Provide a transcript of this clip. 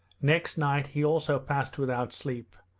next night he also passed without sleep,